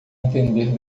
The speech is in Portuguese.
entender